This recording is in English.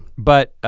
but